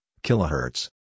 Kilohertz